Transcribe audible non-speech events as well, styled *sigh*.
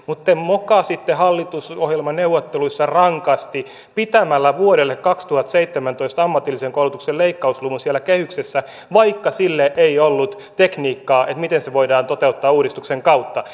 *unintelligible* mutta te mokasitte hallitusohjelmaneuvotteluissa rankasti pitämällä vuodelle kaksituhattaseitsemäntoista ammatillisen koulutuksen leikkausluvun siellä kehyksessä vaikka ei ollut tekniikkaa sille miten se voidaan toteuttaa uudistuksen kautta *unintelligible*